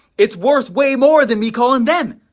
it's worth way more than me calling then.